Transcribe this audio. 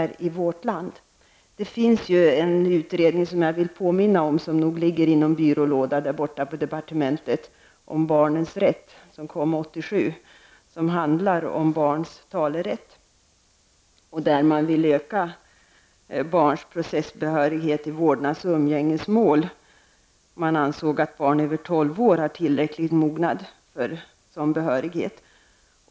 Jag vill påminna om en utredning som nog ligger i en byrålåda på departementet, nämligen den om barnets talerätt, som kom 1987. Man ville öka barns processbehörighet i vårdnads och umgängesmål samt ansåg att barn över 12 år hade tillräcklig mognad för sådan behörighet.